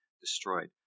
destroyed